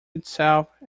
itself